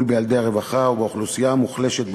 בילדי הרווחה ובאוכלוסייה המוחלשת במדינה.